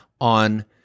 on